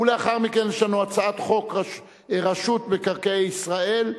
ולאחר מכן יש לנו הצעת חוק רשות מקרקעי ישראל.